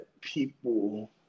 people